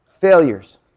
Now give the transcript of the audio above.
failures